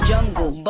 Jungle